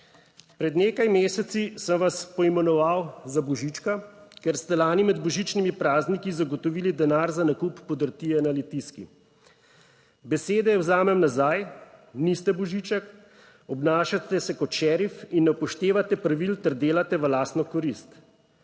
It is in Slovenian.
Pred nekaj meseci sem vas poimenoval za Božička, ker ste lani med božičnimi prazniki zagotovili denar za nakup podrtije na Litijski. Besede vzamem nazaj. Niste Božiček, obnašajte se kot šerif in ne upoštevate pravil ter delate v lastno korist.